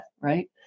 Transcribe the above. right